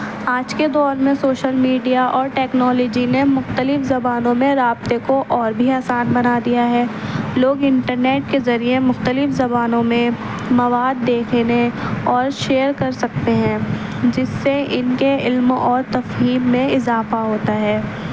آج کے دور میں شوشل میڈیا اور ٹیکنالوجی نے مختلف زبانوں میں رابطے کو اور بھی آسان بنا دیا ہے لوگ انٹرنیٹ کے ذریعے مختلف زبانوں میں مواد دیکھنے اور شیئر کر سکتے ہیں جس سے ان کے علم اور تفہیم میں اضافہ ہوتا ہے